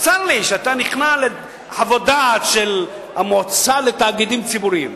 וצר לי שאתה נכנע לחוות דעת של המועצה לתאגידים ציבוריים.